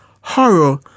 Horror